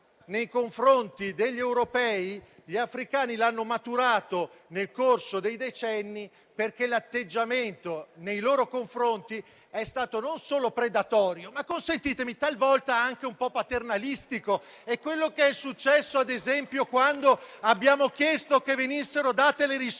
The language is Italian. nei confronti degli europei, gli africani l'hanno maturato nel corso dei decenni, perché l'atteggiamento nei loro confronti è stato non solo predatorio, ma talvolta anche un po' paternalistico, consentitemi di dirlo. È quello che è successo, ad esempio, quando abbiamo chiesto che venissero date alla Tunisia